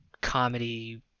comedy